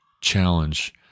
challenge